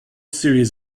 series